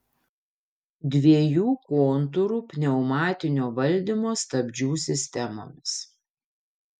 dviejų kontūrų pneumatinio valdymo stabdžių sistemomis